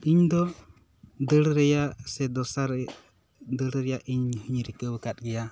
ᱤᱧ ᱫᱚ ᱫᱟᱹᱲ ᱨᱮᱭᱟᱜ ᱥᱮ ᱫᱚᱥᱟᱨ ᱫᱟᱹᱲ ᱨᱮᱭᱟᱜ ᱤᱧ ᱦᱚᱸᱧ ᱨᱤᱠᱟᱹᱣ ᱠᱟᱫ ᱜᱮᱭᱟ